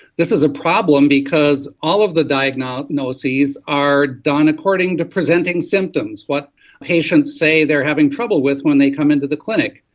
this is a problem because all of the diagnoses are done according to presenting symptoms, what patients say they are having trouble with when they come into the clinic.